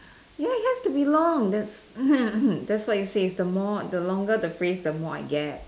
ya it has to be long that's that's why it says the more the longer the phrase the more I get